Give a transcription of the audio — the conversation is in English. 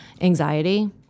anxiety